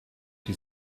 die